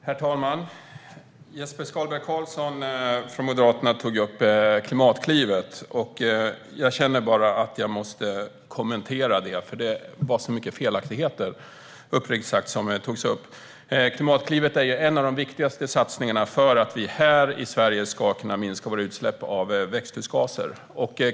Herr talman! Jesper Skalberg Karlsson från Moderaterna tog upp Klimatklivet. Jag kände att jag måste kommentera det eftersom han uppriktigt sagt sa så många felaktigheter. Klimatklivet är en av de viktigaste satsningarna vi har för att vi här i Sverige ska kunna minska utsläppen av växthusgaser.